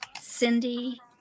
Cindy